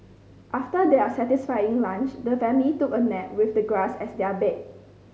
after their satisfying lunch the family took a nap with the grass as their bed